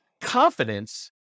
confidence